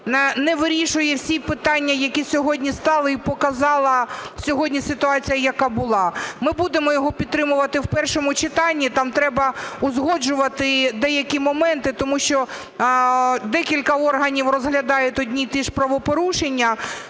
не вирішує всі питання, які сьогодні стали і показала сьогодні ситуація, яка була. Ми будемо його підтримувати в першому читанні, там треба узгоджувати деякі моменти, тому що декілька органів розглядають одні і ті ж правопорушення.